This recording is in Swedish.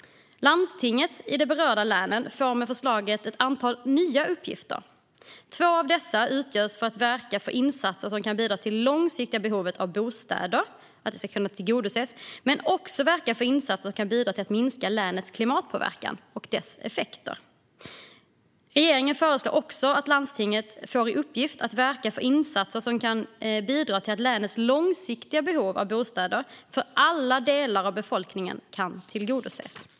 Landstinget i de berörda länen får med förslaget ett antal nya uppgifter. Två av dessa är att verka för insatser som kan bidra till att det långsiktiga behovet av bostäder kan tillgodoses samt att verka för insatser som kan bidra till att minska länets klimatpåverkan och dess effekter. Regeringen föreslår också att landstinget får i uppgift att verka för insatser som kan bidra till att länets långsiktiga behov av bostäder för alla delar av befolkningen tillgodoses.